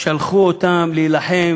שלחו אותם להילחם